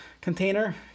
container